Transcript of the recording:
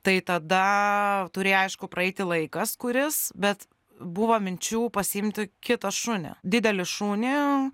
tai tada turi aišku praeiti laikas kuris bet buvo minčių pasiimti kitą šunį didelį šunį